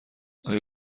آیا